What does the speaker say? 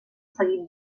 seguit